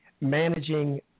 managing